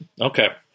okay